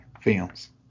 Films